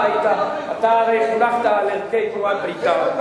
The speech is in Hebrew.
אתה הרי חינכת על ערכי תנועת בית"ר.